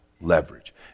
leverage